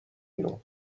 بیرون